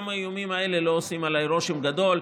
גם האיומים האלה לא עושים עליי רושם גדול,